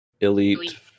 elite